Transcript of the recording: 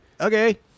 okay